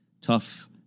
Tough